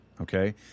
Okay